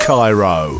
Cairo